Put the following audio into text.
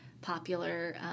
popular